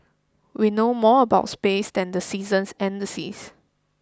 we know more about space than the seasons and the seas